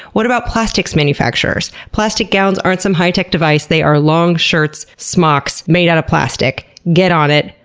what about plastics manufactures? plastic gowns aren't some high-tech device, they are long shirts, smocks made out of plastic. get on it,